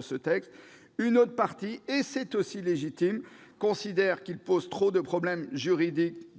ce texte, alors que l'autre partie du groupe- c'est aussi légitime -considérant qu'il pose trop de problèmes juridiques,